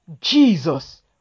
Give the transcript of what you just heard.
Jesus